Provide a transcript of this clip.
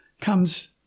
comes